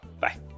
Bye